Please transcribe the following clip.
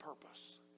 purpose